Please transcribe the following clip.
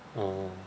oh